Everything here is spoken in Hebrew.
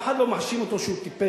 אף אחד לא מאשים אותו שהוא טיפש,